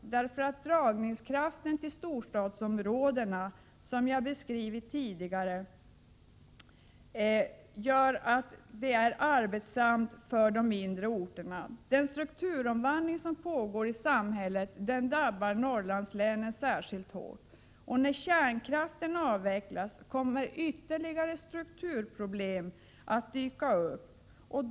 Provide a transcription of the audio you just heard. Storstadsområdenas dragningskraft, som jag tidigare har beskrivit, gör att det är arbetsamt för de mindre orterna. Den strukturomvandling som pågår i samhället drabbar Norrlandslänen särskilt hårt, och när kärnkraften avvecklas kommer ytterligare strukturproblem att dyka upp.